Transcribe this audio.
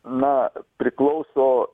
na priklauso